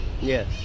Yes